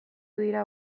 dira